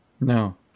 No